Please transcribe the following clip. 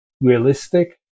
realistic